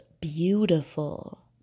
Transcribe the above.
beautiful